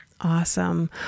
Awesome